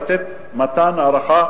לתת ארכה,